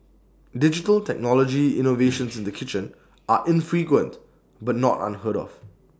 digital technology innovations in the kitchen are infrequent but not unheard of